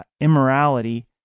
immorality